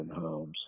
homes